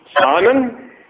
Simon